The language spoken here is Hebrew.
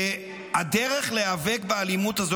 הדרך להיאבק באלימות הזאת,